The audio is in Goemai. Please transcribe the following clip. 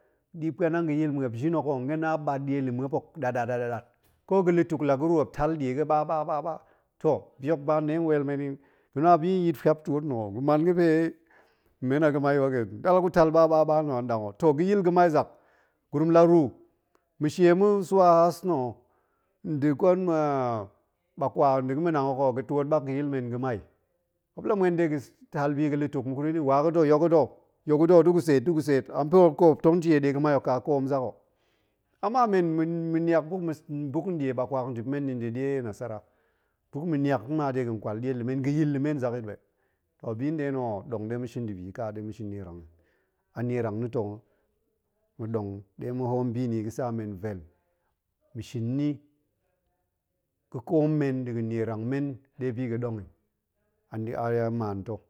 Ɗi puanang ga̱yil mup jin hok nga̱na muop ɓat ɗie muop jin hok ɗat ɗat ɗat ɗat, ko ga̱tutuk la ga̱ru nga̱ na muop tal nɗie ga̱ ɓah ɓah ɓah ɓah toh bi hok ba nɗe weel men ya̱bi yit fuap nɗe nna̱ hegu man ga̱pe men a gama. ba ken ɗa la gutal ɓah ɓah ɓah ɓah nna anɗang ho, toh gayil ga̱ma. zak, gurum la ru ma̱she ma̱swa haas nna nda̱ gwen ɓakwa nda̱ manang hok ho ga̱twoot ɓak ga̱yil men ga̱mai, muop la muen dega̱ tal bi ga̱ lutuk, ma̱ kut ma̱ yi waga̱ da̱ yok ga̱ da̱ yok gu da̱ da̱ gu tseet da̱ gu tseet am pa̱ga̱ muop tong shie die ga̱mai hok kakoom zak ho ama men ma̱niak buk ma̱ buk nɗie ɓakwa hok ndip men nni nda ɗie nasara, buk ma̱niak mma dega̱ kwal ɗielu men gayil lu men zakyit ɓe, toh hogbi yi ka ɗe ma̱shin nierangyi a nierang na̱ ta̱, ma̱ɗong de ma̱ hoom bi nna̱ yi ga̱tsa men yi vel, ma̱shin ni ga̱koom men nɗa̱a̱n nierang men ɗe biga̱ɗong yi a nda a mman ta̱